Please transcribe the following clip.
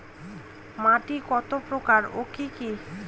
মাটি কত প্রকার ও কি কি?